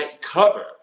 cover